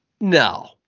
no